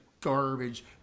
garbage